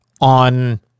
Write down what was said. on